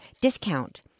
discount